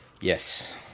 Yes